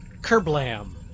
Kerblam